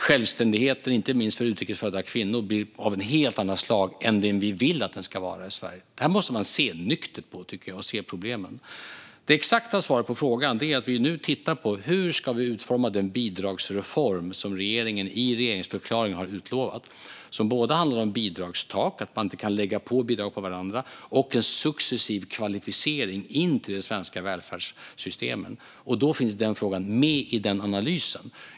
Självständigheten, inte minst för utrikes födda kvinnor, blir av ett helt annat slag än vad vi vill att den ska vara i Sverige. Detta måste man se nyktert på. Man måste se problemen. Det exakta svaret på frågan är att vi från regeringens sida nu tittar på hur vi ska utforma den bidragsreform som vi utlovade i regeringsförklaringen. Det handlar både om bidragstak - att man inte kan lägga bidrag på varandra - och om en successiv kvalificering in till de svenska välfärdssystemen. Denna fråga finns med i den analysen.